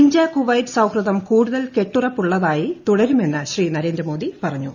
India Kuwait സൌഹൃദം കൂടുതൽ കെട്ടുറപ്പുള്ളതായി തുടരുമെന്ന് ശ്രീ നരേന്ദ്രമോദി പറഞ്ഞു